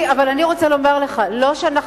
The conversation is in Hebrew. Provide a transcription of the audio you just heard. מה זה,